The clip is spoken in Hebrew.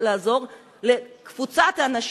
לעזור לקבוצת אנשים,